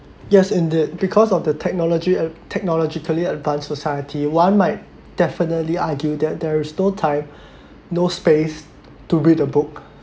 yes in the because of the technology a technologically advanced society one might definitely argue that there is no time no space to read a book